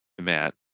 Matt